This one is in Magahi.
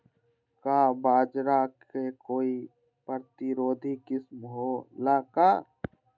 का बाजरा के कोई प्रतिरोधी किस्म हो ला का?